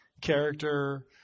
character